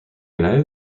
united